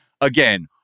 again